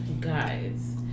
guys